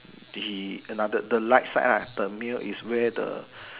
did he another the the right side lah the male is where the